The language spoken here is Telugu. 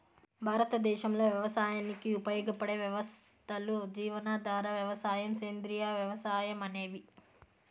భారతదేశంలో వ్యవసాయానికి ఉపయోగపడే వ్యవస్థలు జీవనాధార వ్యవసాయం, సేంద్రీయ వ్యవసాయం అనేవి